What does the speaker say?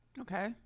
Okay